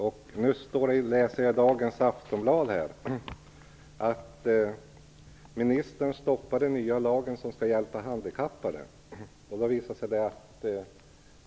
Nu läser jag i dagens nummer av Aftonbladet: "Ministern stoppade den nya lagen som ska hjälpa handikappade".